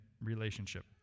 relationship